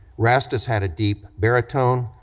rastus had a deep baritone,